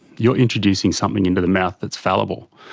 you're introducing something into the mouth that's fallible.